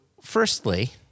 firstly